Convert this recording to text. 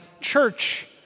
church